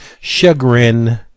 chagrin